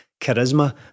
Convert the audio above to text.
charisma